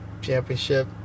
championship